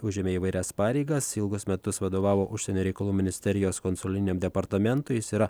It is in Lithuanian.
užėmė įvairias pareigas ilgus metus vadovavo užsienio reikalų ministerijos konsuliniam departamentui jis yra